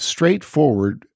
Straightforward